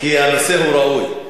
כי הנושא הוא ראוי.